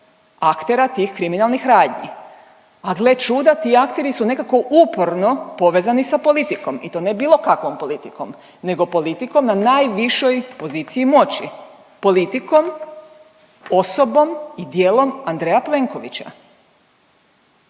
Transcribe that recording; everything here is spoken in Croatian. aktera tih kriminalnih radnji, a gle čuda ti akteri su nekako uporno povezani sa politikom i to ne bilo kakvom politikom nego politikom na najvišoj poziciji moći. Politikom, osobom i djelom Andreja Plenkovića